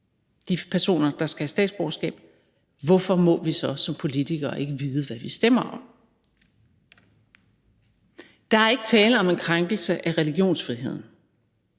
til personer, der skal have statsborgerskab; hvorfor må vi så ikke som politikere vide, hvad vi stemmer om? Der er ikke tale om en krænkelse af religionsfriheden.